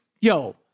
yo